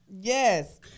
Yes